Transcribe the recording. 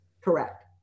correct